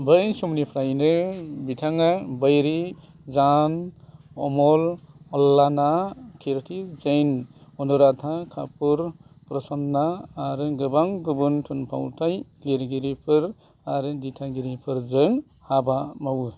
बै समनिफ्रायनो बिथाङा बैरी जान अमल अल्लाना कीर्ति जैन अनुराधा कपूर प्रसन्ना आरो गोबां गुबुन थुनफावथाइ लिरगिरिफोर आरो दिथागिरिफोरजों हाबा मावो